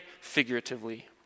figuratively